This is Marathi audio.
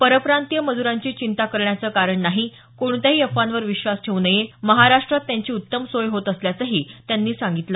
परप्रांतीय मज्रांची चिंता करण्याचं कारण नाही कोणत्याही अफवांवर विश्वास ठेऊ नये महाराष्ट्रात त्यांची उत्तम सोय होत असल्याचंही त्यांनी सांगितलं